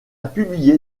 publié